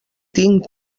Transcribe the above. tinc